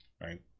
right